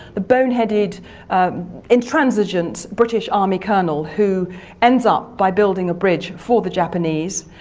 the bone-headed intransigent british army colonel who ends up by building a bridge for the japanese.